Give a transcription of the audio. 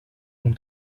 ont